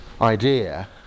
idea